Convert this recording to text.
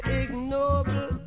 ignoble